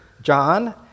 John